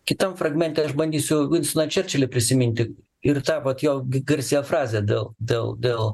kitam fragmente aš bandysiu vinstoną čerčilį prisiminti ir tą vat jo garsiąją frazę dėl dėl dėl